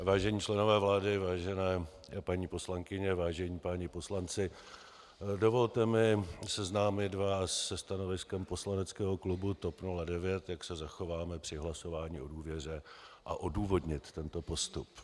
Vážení členové vlády, vážené paní poslankyně, vážení páni poslanci, dovolte mi seznámit vás se stanoviskem poslaneckého klubu TOP 09, jak se zachováme při hlasování o důvěře, a odůvodnit tento postup.